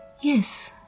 Yes